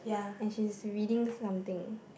and she's reading something